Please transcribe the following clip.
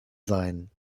seien